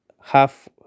half